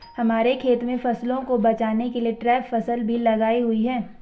हमारे खेत में फसलों को बचाने के लिए ट्रैप फसल भी लगाई हुई है